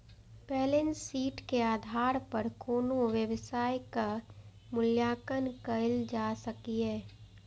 balance sheet के आधार पर कोनो व्यवसायक मूल्यांकन कैल जा सकैए